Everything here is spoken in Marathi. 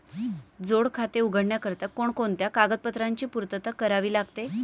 जोड खाते उघडण्याकरिता कोणकोणत्या कागदपत्रांची पूर्तता करावी लागते?